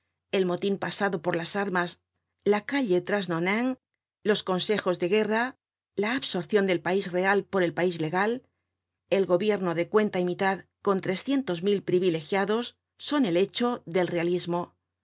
el motin pasado por las armas la calle trasnonain los consejos de guerra la absorcion del país real por el país legal el gobierno de cuenta y mitad con trescientos mil privilegiados son el hecho del realismo la